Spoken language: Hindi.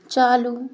चालू